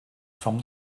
from